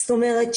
זאת אומרת,